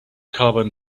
carbon